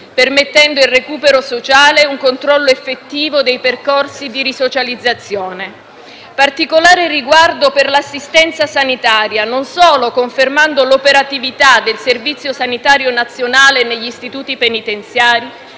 permettendo il recupero sociale e un controllo effettivo dei percorsi di risocializzazione. Particolare riguardo si pone sull'assistenza sanitaria, non solo confermando l'operatività del Servizio sanitario nazionale negli istituti penitenziari,